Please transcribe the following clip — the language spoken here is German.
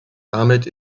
damit